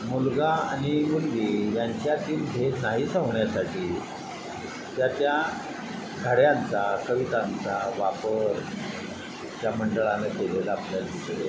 मुलगा आनि मुलगी यांच्यातील भेद नाहिसा होण्यासाठी याच्या धड्यांचा कवितांचा वापर त्या मंडळाने केलेला आपल्याला दिसेल